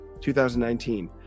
2019